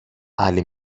άλλη